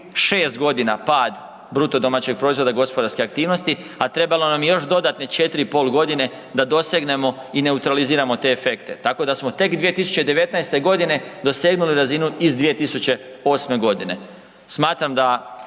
6 godina pad BDP-a gospodarske aktivnosti, a trebalo nam je još dodatne 4,5 godine da dosegnemo i neutraliziramo te efekte. Tako da smo tek 2019. godine dosegnuli razinu iz 2008. godine. Smatram da